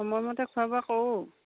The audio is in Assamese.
সময়মতে খোৱা বোৱা কৰোঁ